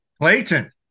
Clayton